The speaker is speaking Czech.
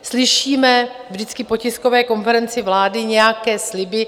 Slyšíme vždycky po tiskové konferenci vlády nějaké sliby.